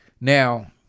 Now